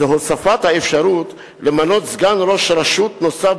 הוספת האפשרות למנות סגן ראש רשות נוסף,